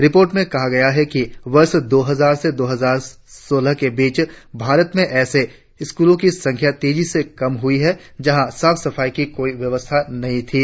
report में कहा गया है कि वर्ष दो हजार से दो हजार सोलह के बीच भारत मे ऎसे स्कूलों की संख्या तेजी से कम हुई है जहा साफ सफाई की कोई व्यवस्था नहीं थी